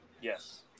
Yes